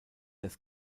das